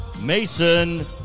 Mason